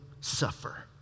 suffer